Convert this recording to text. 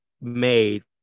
made